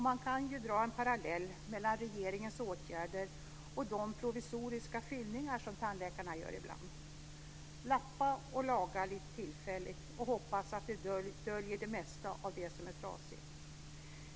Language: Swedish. Man kan dra en parallell mellan regeringens åtgärder och de provisoriska fyllningar som tandläkarna gör ibland - man lappar och lagar lite tillfälligt och hoppas att det döljer det mesta av det som är trasigt.